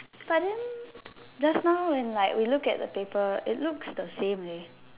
but then just now when we look at the paper it looks the same leh